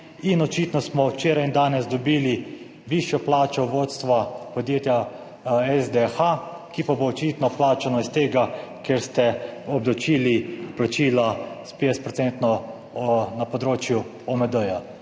in očitno smo včeraj in danes dobili višjo plačo vodstva podjetja SDH, ki pa bo očitno plačano iz tega, ker ste obdavčili plačila s 50 % na področju OMD.